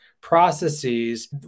processes